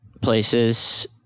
places